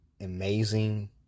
amazing